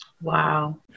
wow